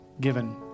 given